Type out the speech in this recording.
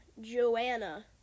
Joanna